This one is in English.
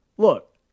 Look